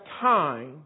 time